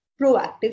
proactive